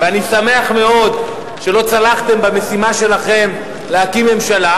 ואני שמח מאוד שלא צלחתם במשימה שלכם להקים ממשלה,